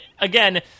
again